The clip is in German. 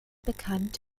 bekannt